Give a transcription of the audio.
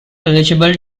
eligible